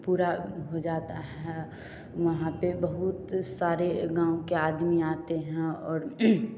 पूरा हो जाता है वहाँ पर बहुत सारे गाँव के आदमी आते हैं और